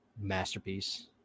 Masterpiece